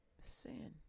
Sin